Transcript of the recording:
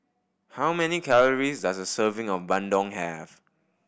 how many calories does a serving of bandung have